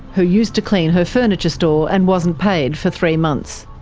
who used to clean her furniture store and wasn't paid for three months.